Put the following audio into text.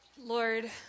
Lord